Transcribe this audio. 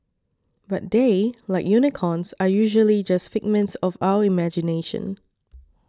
but they like unicorns are usually just figments of our imagination